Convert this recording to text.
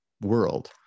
World